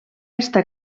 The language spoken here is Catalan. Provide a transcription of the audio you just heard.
estar